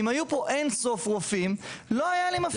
אם היו פה אינסוף רופאים לא היה לי מפריע.